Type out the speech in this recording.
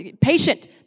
patient